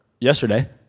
yesterday